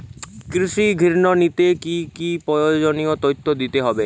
কৃষি ঋণ নিতে কি কি প্রয়োজনীয় তথ্য দিতে হবে?